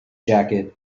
jacket